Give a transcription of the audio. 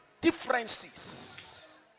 differences